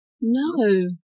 No